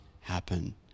happen